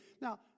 Now